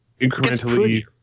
incrementally